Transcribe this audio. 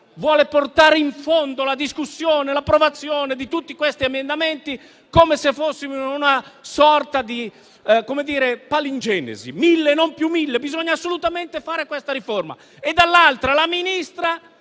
vuole portare in fondo la discussione e l'approvazione di tutti questi emendamenti, come se fossimo in una sorta di come dire palingenesi. Mille e non più mille, bisogna assolutamente fare questa riforma. Dall'altra parte, la Ministra